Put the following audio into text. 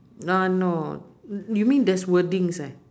no no you mean there's wordings eh